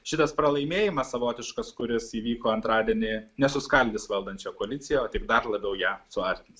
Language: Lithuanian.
šitas pralaimėjimas savotiškas kuris įvyko antradienį nesuskaldys valdančią koaliciją o tik dar labiau ją suartins